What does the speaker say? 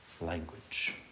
language